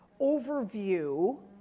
overview